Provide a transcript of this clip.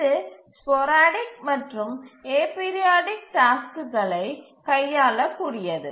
இது ஸ்போரடிக் மற்றும் அபீரியோடிக் டாஸ்க்குகளை கையாளக்கூடியது